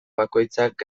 bakoitzak